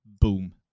boom